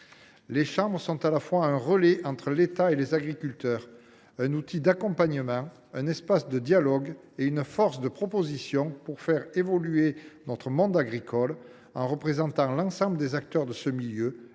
Ces chambres sont à la fois un relais entre l’État et les agriculteurs, un outil d’accompagnement, un espace de dialogue et une force de proposition pour faire évoluer notre modèle agricole en représentant l’ensemble des acteurs de ce milieu